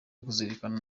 kuzirikana